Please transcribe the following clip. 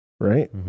right